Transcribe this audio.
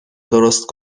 درست